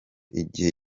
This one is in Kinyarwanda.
igihe